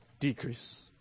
decrease